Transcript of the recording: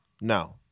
No